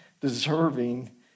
deserving